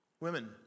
women